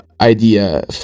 idea